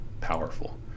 powerful